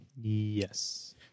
Yes